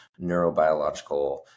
neurobiological